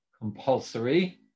compulsory